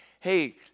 Hey